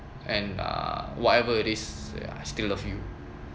and uh whatever it is I still love you